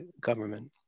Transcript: government